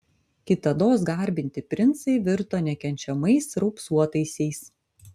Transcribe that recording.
kitados garbinti princai virto nekenčiamais raupsuotaisiais